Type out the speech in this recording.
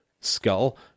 skull